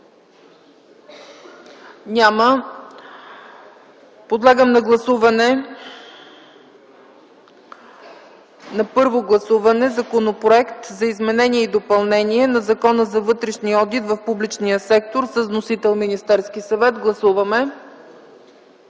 Няма. Подлагам на първо гласуване Законопроекта за изменение и допълнение на Закона за вътрешния одит в публичния сектор с вносител Министерският съвет. Гласуваме.